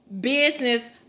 business